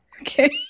Okay